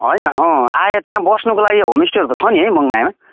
होइन अँ आए त्यहाँ बस्नुको लागि होमस्टेहरू त छ नि है मनमायामा